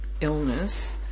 illness